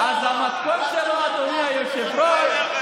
עזמי בשארה,